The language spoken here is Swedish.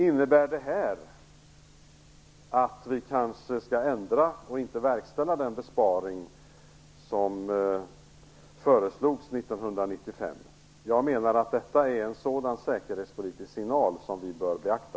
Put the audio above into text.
Innebär detta att vi kanske skall ändra och alltså inte verkställa den besparing som föreslogs 1995? Detta är en säkerhetspolitisk signal som vi bör beakta.